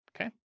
Okay